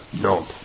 No